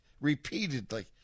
repeatedly